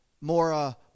more